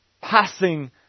passing